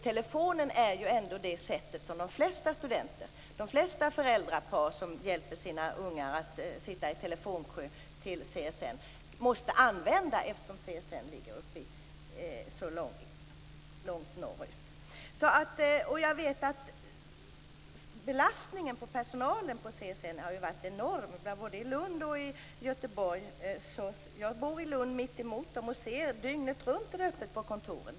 Telefonen är ju ändå det sätt som de flesta studenter och de flesta föräldrapar som hjälper sina ungdomar att sitta i telefonkö till CSN måste använda eftersom CSN ligger så långt norrut. Jag vet att belastningen på personalen på CSN har varit enorm både i Lund och i Göteborg. Jag bor i mitt emot dem i Lund och kan se att det är öppet dygnet runt på kontoret.